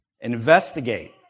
Investigate